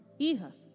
Hijas